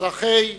אזרחי ישראל.